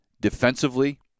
defensively